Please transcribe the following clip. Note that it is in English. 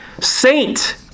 saint